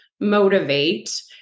motivate